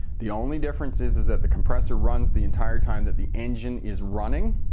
the only difference is is that the compressor runs the entire time that the engine is running.